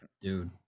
dude